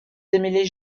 démêlés